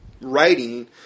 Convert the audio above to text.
writing